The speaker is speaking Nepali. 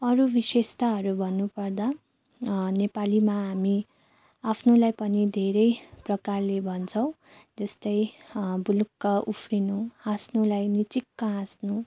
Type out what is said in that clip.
अरू विशेषताहरू भन्नुपर्दा नेपालीमा हामी आफ्नोलाई पनि धेरै प्रकारले भन्छौँ त्यस्तै बुलुक्क उफ्रिनु हाँस्नुलाई निचिक्क हाँस्नु